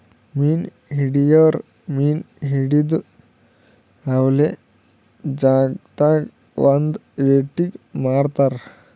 ಮೀನ್ ಹಿಡಿಯೋರ್ ಮೀನ್ ಹಿಡದು ಅವೆಲ್ಲ ಬಜಾರ್ದಾಗ್ ಒಂದ್ ರೇಟಿಗಿ ಮಾರ್ತಾರ್